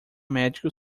médico